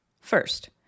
first